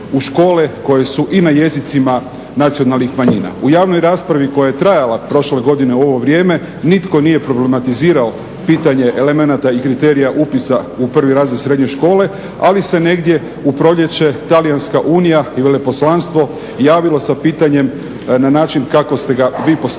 u škole, koji su i na jezicima nacionalnih manjina. U javnoj raspravi koja je trajala prošle godine u ovo vrijeme nitko nije problematizirao pitanje elemenata i kriterija upisa u prvi razred srednje škole ali se negdje u proljeće talijanska unija i veleposlanstvo javilo sa pitanjem na način kako ste ga vi postavili,